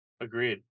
Agreed